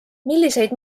milliseid